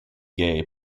gay